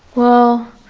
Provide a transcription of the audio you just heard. well,